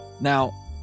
Now